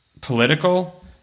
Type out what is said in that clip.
political